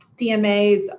DMAs